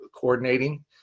coordinating